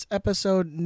episode